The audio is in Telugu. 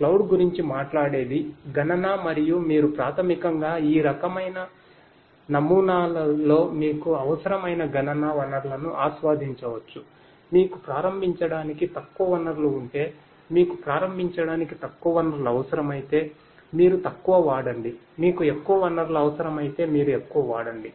ప్రొవైడర్ గురించి మాట్లాడేది గణన మరియు మీరు ప్రాథమికంగా ఈ రకమైన నమూనాలో మీకు అవసరమైన గణన వనరులను ఆస్వాదించవచ్చు మీకు ప్రారంభించడానికి తక్కువ వనరులు ఉంటే మీకు ప్రారంభించడానికి తక్కువ వనరులు అవసరమైతే మీరు తక్కువ వాడండి మీకు ఎక్కువ వనరులు అవసరమైతే మీరు ఎక్కువ వాడండి